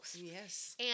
Yes